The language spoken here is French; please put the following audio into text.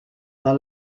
dans